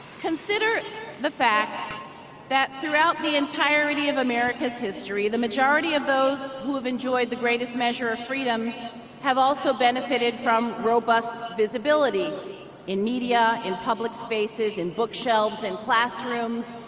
consider the fact that throughout the entirety of america's history the majority of those who have enjoyed the greatest measure of freedom have also benefited from robust visibility in media, in public spaces, in bookshelves in classrooms,